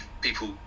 people